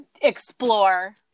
explore